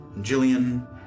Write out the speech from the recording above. Jillian